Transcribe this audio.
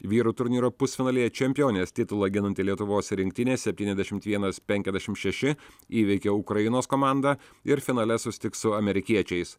vyrų turnyro pusfinalyje čempionės titulą ginanti lietuvos rinktinė septyniasdešimt vienas penkiasdešim šeši įveikė ukrainos komandą ir finale susitiks su amerikiečiais